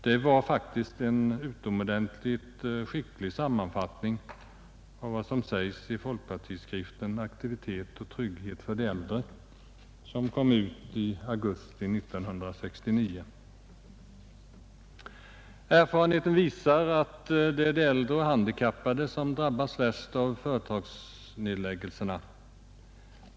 Det var faktiskt en utomordentligt skicklig sammanfattning av vad som sägs i folkpartiskriften »Aktivitet och trygghet för de äldre» som kom ut i augusti 1969. Erfarenheten visar att det är de äldre och handikappade som drabbas värst av företagsnedläggningar.